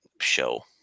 show